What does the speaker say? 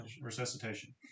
resuscitation